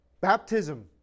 Baptism